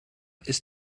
ist